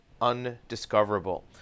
undiscoverable